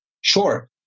Sure